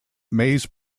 maize